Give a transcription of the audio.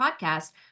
podcast